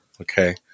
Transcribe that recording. Okay